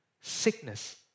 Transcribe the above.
Sickness